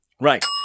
Right